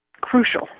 crucial